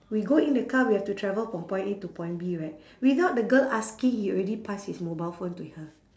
we go in the car we have to travel from point A to point B right without the girl asking he already pass his mobile phone to her